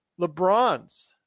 LeBron's